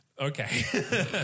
Okay